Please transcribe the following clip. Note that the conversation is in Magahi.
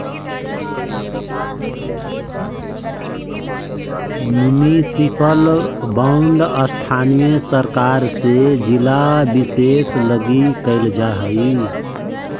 मुनिसिपल बॉन्ड स्थानीय सरकार से जिला विशेष लगी कैल जा हइ